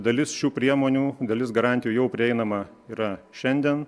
dalis šių priemonių dalis garantijų jau prieinama yra šiandien